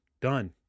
done